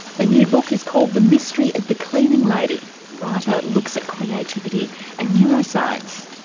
her new book is called the mystery of the cleaning lady a writer looks at creativity and neuroscience.